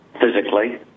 physically